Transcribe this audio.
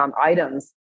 items